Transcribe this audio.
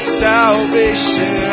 salvation